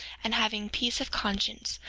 and having peace of conscience,